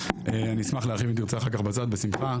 אני אשמח להרחיב את תרצה אחר כך בצד בשמחה,